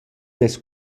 dess